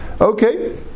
Okay